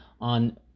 on